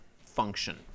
function